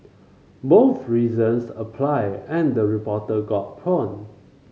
both reasons apply and the reporter got pawned